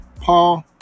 Paul